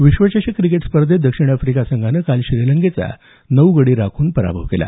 विश्वचषक क्रिकेट स्पर्धेत दक्षिण आफ्रिका संघानं काल श्रीलंकेचा नऊ गडी राखू न पराभव केला